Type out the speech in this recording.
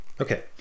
Okay